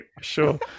sure